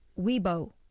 Weibo